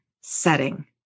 setting